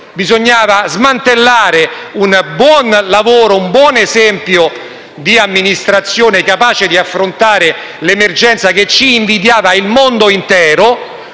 civile e smantellare un buon lavoro, un buon esempio di amministrazione, capace di affrontare l'emergenza; un sistema che ci invidiava il mondo intero